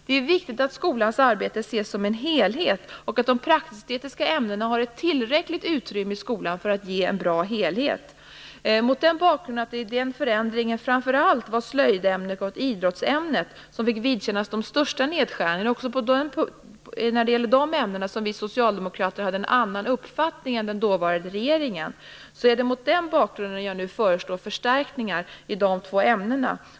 Det är viktigt att skolans arbete ses som en helhet och att de praktiska och estetiska ämnena har ett tillräckligt utrymme i skolan för att det skall bli en bra helhet. Det var slöjdämnet och idrottsämnet som fick vidkännas de största nedskärningarna. Också när det gäller de ämnena hade vi socialdemokrater en annan uppfattning än den dåvarande regeringen. Det är mot den bakgrunden jag nu föreslår förstärkningar i dessa två ämnen.